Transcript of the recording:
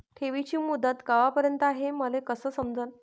ठेवीची मुदत कवापर्यंत हाय हे मले कस समजन?